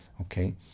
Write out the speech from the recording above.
Okay